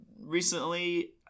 recently